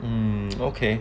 um okay